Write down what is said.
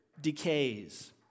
decays